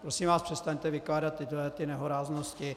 Prosím vás, přestaňte vykládat tyto nehoráznosti.